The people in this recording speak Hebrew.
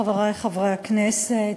חברי חברי הכנסת,